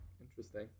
Interesting